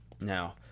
Now